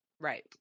Right